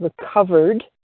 recovered